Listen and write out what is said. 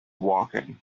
woking